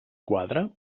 quadre